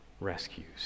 rescues